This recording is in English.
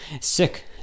sick